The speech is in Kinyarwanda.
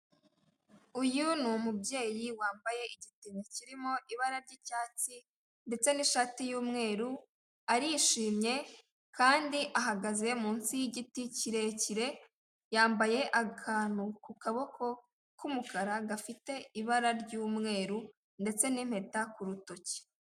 Uyu n'umubyeyi wambaye igitenge kirimo ibara ry'icyatsi, ndetse n'ishati y'umweru. Arishimye kandi ahagaze munsi y'igiti kirekire. Yambaye akantu ku kaboko k'umukara, gafite ibara ry'umweru, ndetse n'impeta ku rutoki.